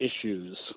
issues